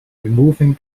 removing